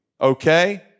okay